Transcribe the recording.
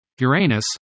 Uranus